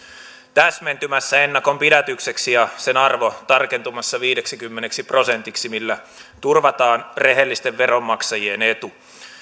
täsmentymässä ennakonpidätykseksi ja sen arvo tarkentumassa viideksikymmeneksi prosentiksi millä turvataan rehellisten veronmaksajien etu